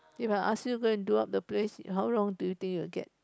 if I ask you go and do up the place how long do you think you will get